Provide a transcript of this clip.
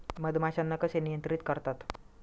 मधमाश्यांना कसे नियंत्रित करतात?